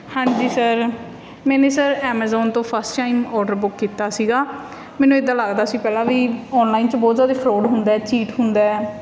ਹਾਂਜੀ ਸਰ ਮੈਨੇ sir Amazon ਤੋਂ ਫਸਟ ਟਾਈਮ ਆਰਡਰ ਬੁੱਕ ਕੀਤਾ ਸੀਗਾ ਮੈਨੂੰ ਇੱਦਾਂ ਲੱਗਦਾ ਸੀ ਪਹਿਲਾਂ ਵੀ ਆਨਲਾਈਨ 'ਚ ਬਹੁਤ ਜ਼ਿਆਦਾ ਫਰੋਡ ਹੁੰਦਾ ਚੀਟ ਹੁੰਦਾ